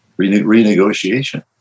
renegotiation